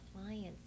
clients